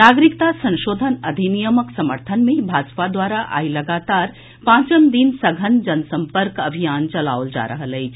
नागरिकता संशोधन अधिनियमक समर्थन मे भाजपा द्वारा आई लगातार पांचम दिन सघन जनसम्पर्क अभियान चलाओल जा रहल अछि